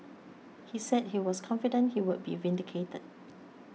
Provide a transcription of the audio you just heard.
he said he was confident he would be vindicated